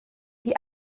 die